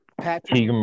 Patrick